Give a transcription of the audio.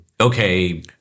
Okay